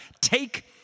take